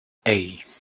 hey